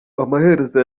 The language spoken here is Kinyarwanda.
amaherezo